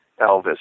Elvis